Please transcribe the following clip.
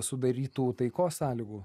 sudarytų taikos sąlygų